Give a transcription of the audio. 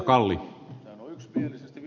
arvoisa puhemies